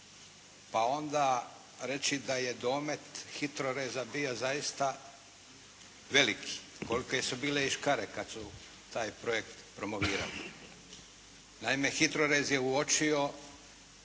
Pa onda reći da je domet HITROReza bio zaista veliki, kolike su bile i škare kada su taj projekt promovirale. Naime HITRORez je uopćio